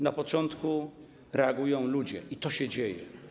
Na początku reagują ludzie i to się dzieje.